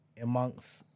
amongst